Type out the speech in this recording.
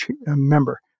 member